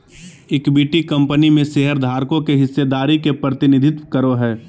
equity company में शेयरधारकों के हिस्सेदारी के प्रतिनिधित्व करो हइ